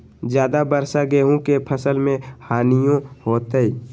ज्यादा वर्षा गेंहू के फसल मे हानियों होतेई?